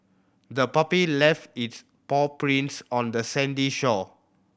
the puppy left its paw prints on the sandy shore